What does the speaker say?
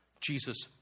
Jesus